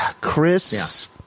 Chris